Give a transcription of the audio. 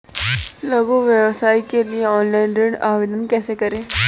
लघु व्यवसाय के लिए ऑनलाइन ऋण आवेदन कैसे करें?